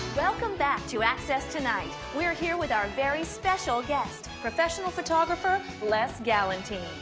welcome back to access tonight, we're here with our very special guest, professional photographer, les galantine.